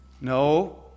No